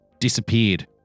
disappeared